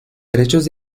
derechos